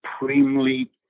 supremely